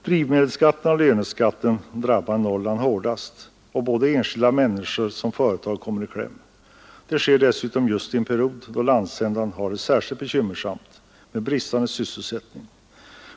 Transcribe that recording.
Drivmedelsskatten och löneskatten drabbar Norrland hårdast, och både enskilda människor och företag kommer i kläm. Det sker dessutom just i en period då landsändan har det särskilt bekymmersamt med bristande sysselsättning.